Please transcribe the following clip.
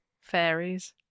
Fairies